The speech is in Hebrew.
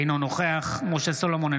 אינו נוכח משה סולומון,